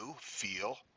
feel